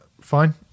fine